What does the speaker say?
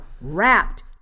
wrapped